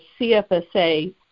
CFSA